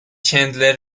چندلر